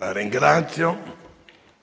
Il ministro